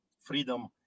Freedom